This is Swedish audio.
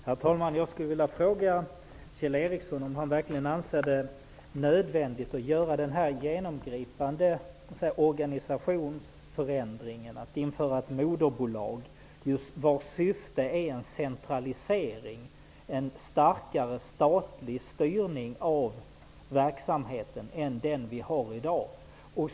Herr talman! Jag skulle vilja fråga Kjell Ericsson om han verkligen anser att det är nödvändigt att göra den här genomgripande organisationsförändringen och införa ett moderbolag. Syftet är en centralisering och en starkare statlig styrning av verksamheten än den vi har i dag.